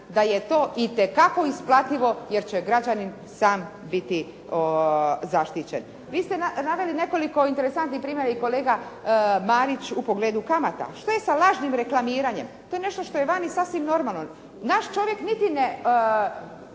da je to itekako isplativo jer će građanin sam biti zaštićen. Vi ste naveli nekoliko interesantnih primjera i kolega Marić u pogledu kamata. Što je sa lažnim reklamiranjem? To je nešto što je vani sasvim normalno. Naš čovjek niti ne